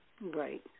right